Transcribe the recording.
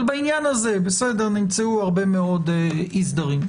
בעניין הזה, בסדר, נמצאו הרבה מאוד אי סדרים.